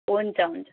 हुन्छ हुन्छ